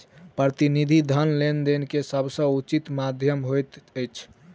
प्रतिनिधि धन लेन देन के सभ सॅ उचित माध्यम होइत अछि